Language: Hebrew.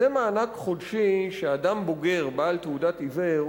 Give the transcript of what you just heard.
זה מענק חודשי שאדם בוגר בעל תעודת עיוור,